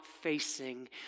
facing